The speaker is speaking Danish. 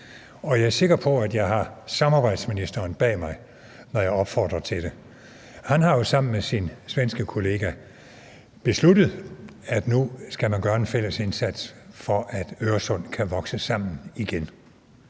jeg er sikker på, at jeg har samarbejdsministeren bag mig, når jeg opfordrer til det. Han har jo sammen med sin svenske kollega besluttet, at nu skal man gøre en fælles indsats, for at Øresund kan vokse sammen igen.